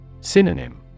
Synonym